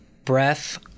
breath